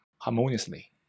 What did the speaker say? harmoniously